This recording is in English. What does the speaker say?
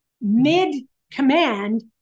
mid-command